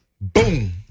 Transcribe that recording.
Boom